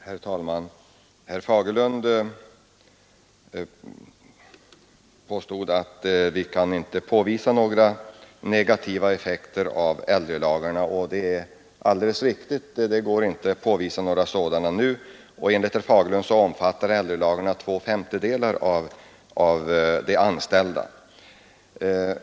Herr talman! Herr Fagerlund påpekade att man inte kan påvisa några negativa effekter av äldrelagarna. Det är alldeles riktigt. Enligt herr Fagerlund omfattar äldrelagarna två femtedelar av de anställda.